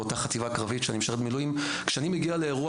באותה חטיבה קרבית שאני משרת בה במילואים כשאני מגיע לאירוע,